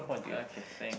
okay thank